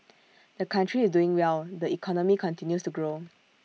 the country is doing well the economy continues to grow